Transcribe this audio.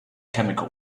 chemical